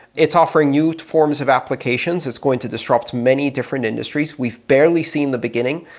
it's offering new forms of applications, it's going to disrupt many different industries, we've barely seen the beginning.